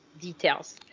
details